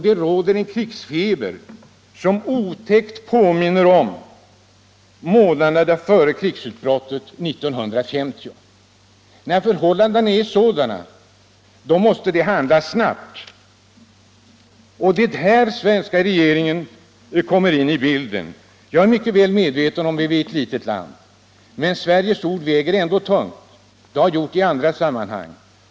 Det råder där en krigsfeber som otäckt mycket påminner om månaderna före krigsutbrottet 1950. När förhållandena är sådana måste det naturligtvis handlas snabbt, och det är här som den svenska regeringen kommer in i bilden. Jag är väl medveten om att Sverige är ett litet land, men Sveriges ord väger ändå tungt — det har det gjort i andra sammanhang.